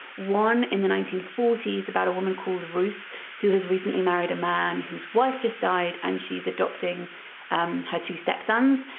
one in the nineteen forty s about a woman called ruth who has recently married a man whose wife just died and she's adopting um her two stepsons,